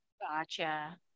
Gotcha